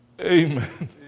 Amen